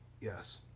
yes